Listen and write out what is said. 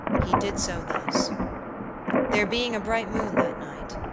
he did so thus there being a bright moon that night,